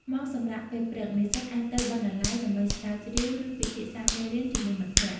ម៉ោងសម្រាកពេលព្រឹក និស្សិតអាចទៅបណ្ណាល័យដើម្បីស្រាវជ្រាវ ឬពិភាក្សាមេរៀនជាមួយមិត្តភក្តិ។